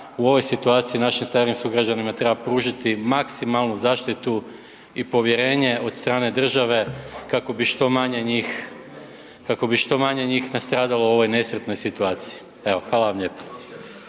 u ovoj situaciji našim starijim sugrađanima treba pružiti maksimalnu zaštitu i povjerenje od strane države kako bi što manje njih nastradalo u ovoj nesretnoj situaciji. Hvala vam lijepo.